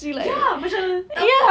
ya macam